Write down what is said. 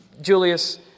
Julius